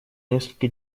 несколько